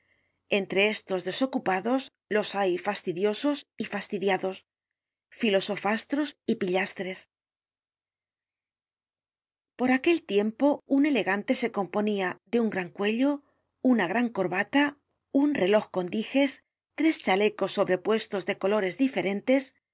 entre estos desocupados los hay fastidiosos y fastidiados filosofastros y pillastres por aquel tiempo un elegante se componia de un gran cuello una gran corbata un reloj con diges tres chalecos sobrepuestos de colores diferentes